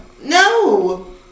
No